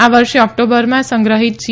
આ વર્ષે ઓક્ટોબરમાં સંગ્રહિત જી